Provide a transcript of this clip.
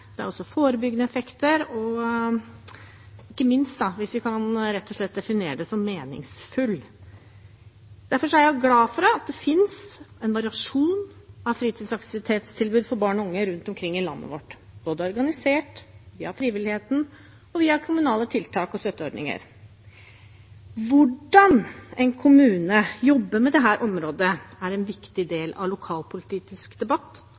det har også forebyggende effekter. Vi kan rett og slett definere det som meningsfylt. Derfor er jeg glad for at det finnes variasjon i fritidsaktivitetstilbudene for barn og unge rundt omkring i landet vårt, organisert både via frivilligheten og via kommunale tiltak og støtteordninger. Hvordan en kommune jobber med dette området, er en viktig